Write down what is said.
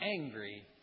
angry